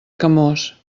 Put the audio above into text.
camós